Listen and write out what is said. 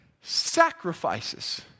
sacrifices